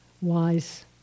wise